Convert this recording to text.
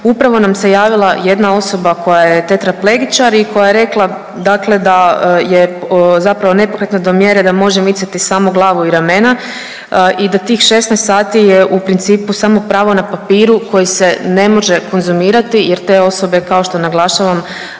Upravo nam se javila jedna osoba koja je tetraplegičar i koja je rekla dakle da je zapravo nepokretna do mjere da može micati samo glavu i ramena i da tih 16 sati je u principu samo pravo na papiru koji se ne može konzumirati jer te osobe, kao što naglašavam,